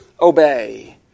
obey